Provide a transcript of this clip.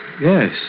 Yes